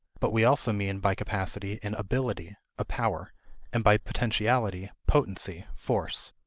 but we also mean by capacity an ability, a power and by potentiality potency, force.